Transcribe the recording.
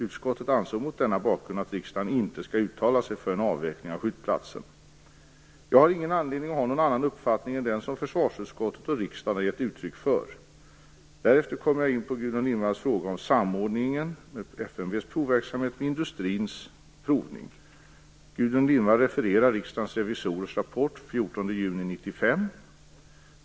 Utskottet ansåg mot denna bakgrund att riksdagen inte skall uttala sig för en avveckling av skjutplatsen. Jag har ingen anledning att ha någon annan uppfattning än den som försvarsutskottet och riksdagen har gett uttryck för. Härefter kommer jag in på Gudrun Lindvalls fråga om samordning av FMV:s provverksamhet med industrins provning. Gudrun Lindvall refererar Riksdagens revisorers rapport den 14 juni 1995.